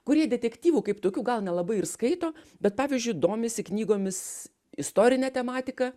kurie detektyvų kaip tokių gal nelabai ir skaito bet pavyzdžiui domisi knygomis istorine tematika